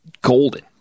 golden